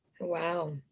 Wow